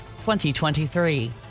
2023